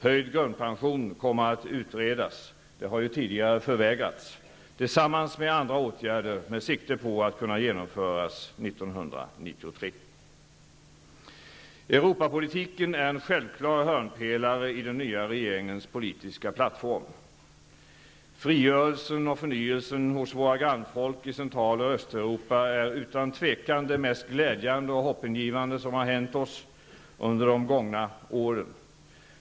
Höjd grundpension kommer att utredas -- det har tidigare förvägrats -- tillsammans med andra åtgärder, med sikte på att kunna genomföras 1993. Europapolitiken är en självklart hörnpelare i den nya regeringens politiska plattform. Frigörelsen och förnyelsen hos våra grannfolk i Central och Östeuropa är utan tvivel det mest glädjande och hoppingivande som har hänt också oss under de gångna två åren.